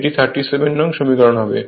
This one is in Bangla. এটি 37 নং সমীকরণ হবে